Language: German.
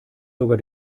sogar